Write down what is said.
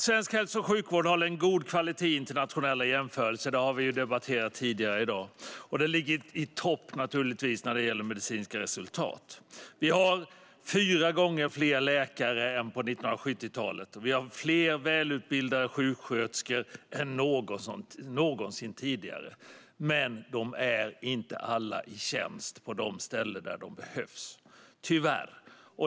Svensk hälso och sjukvård håller en god kvalitet i internationella jämförelser - det har vi debatterat tidigare i dag - och ligger i topp när det gäller medicinska resultat. Vi har fyra gånger fler läkare än på 1970-talet och fler välutbildade sjuksköterskor än någonsin tidigare, men de är tyvärr inte alla i tjänst på de ställen där de behövs.